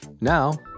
Now